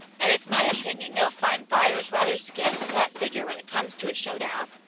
and it's my opinion they'll find buyers rather scarce at that figure when it comes to a show down.